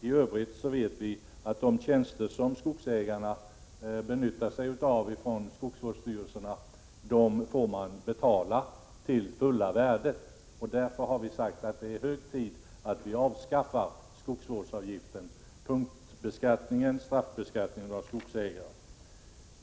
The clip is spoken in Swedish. I övrigt vet vi att de tjänster som skogsägarna utnyttjar från skogsvårdsstyrelserna får de betala till fulla värdet. Därför har vi sagt att det är hög tid att vi avskaffar skogsvårdsavgiften — punktbeskattningen och straffbeskattningen av skogsägare.